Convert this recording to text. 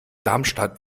darmstadt